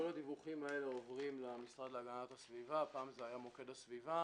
כל הדיווחים האלה עוברים למשרד להגנת הסביבה פעם זה היה מוקד הסביבה,